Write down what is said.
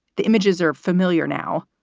the images are familiar now.